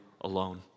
alone